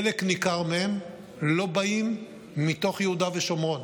חלק ניכר מהם לא באים מתוך יהודה ושומרון,